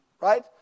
right